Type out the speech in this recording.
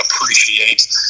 appreciate